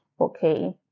okay